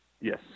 Yes